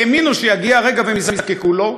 והאמינו שיגיע הרגע והם יזדקקו לו,